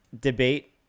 debate